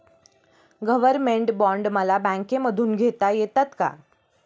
Government bond मला बँकेमधून घेता येतात का?